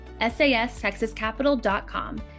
sastexascapital.com